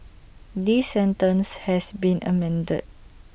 this sentence has been amended